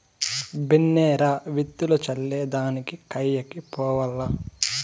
బిన్నే రా, విత్తులు చల్లే దానికి కయ్యకి పోవాల్ల